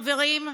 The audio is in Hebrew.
חברים,